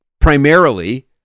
primarily